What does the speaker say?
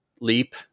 Leap